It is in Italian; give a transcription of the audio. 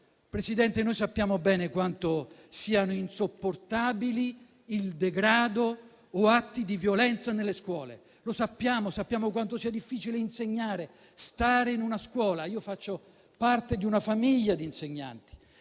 Presidente, noi sappiamo bene quanto siano insopportabili il degrado o atti di violenza nelle scuole; lo sappiamo e sappiamo quanto sia difficile insegnare, stare in una scuola (faccio parte di una famiglia di insegnanti),